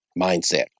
mindset